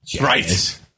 Right